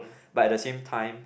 but at the same time